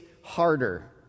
harder